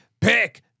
pick